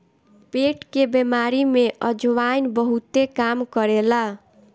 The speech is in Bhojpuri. पेट के बेमारी में अजवाईन बहुते काम करेला